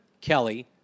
Kelly